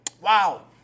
Wow